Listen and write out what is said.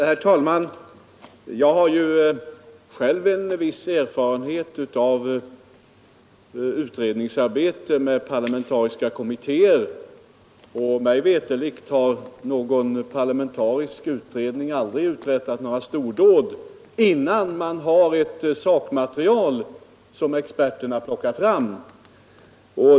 Herr talman! Jag har ju själv en viss erfarenhet av utredningsarbete med parlamentariska kommittéer, och mig veterligt har någon parlamentarisk utredning aldrig uträttat några stordåd innan den haft ett sakmaterial som experter plockat fram.